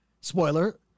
spoiler